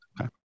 okay